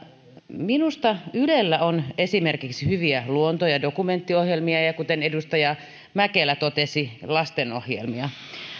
minusta ylellä on esimerkiksi hyviä luonto ja dokumenttiohjelmia ja ja kuten edustaja mäkelä totesi lastenohjelmia